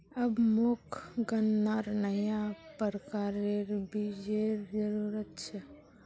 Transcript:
अब मोक गन्नार नया प्रकारेर बीजेर जरूरत छ